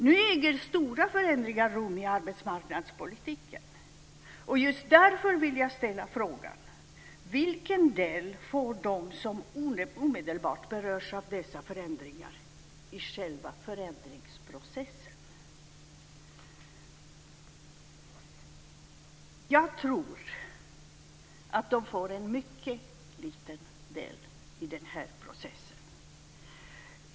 Nu äger stora förändringar rum i arbetsmarknadspolitiken, och just därför vill jag ställa följande fråga: Vilken del i själva förändringsprocessen får de som omedelbart berörs av dessa förändringar? Jag tror att de får en mycket liten del i den processen.